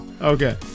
Okay